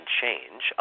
change